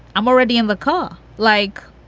i'm already in the car, like,